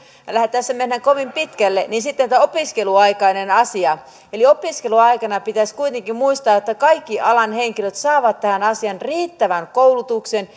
tässä mennään kovin pitkälle niin sitten on tämä opiskeluaikainen asia eli pitäisi kuitenkin muistaa että opiskeluaikana kaikki alan henkilöt saavat tähän asiaan riittävän koulutuksen